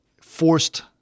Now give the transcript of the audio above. forced